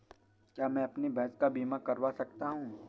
क्या मैं अपनी भैंस का बीमा करवा सकता हूँ?